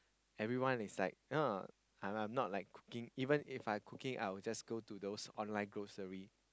everyone is like oh I'm I'm not like cooking even If I cooking I will just go to those online grocery